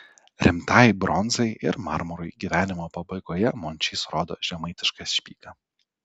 rimtai bronzai ir marmurui gyvenimo pabaigoje mončys rodo žemaitišką špygą